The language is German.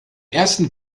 ersten